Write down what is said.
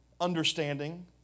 understanding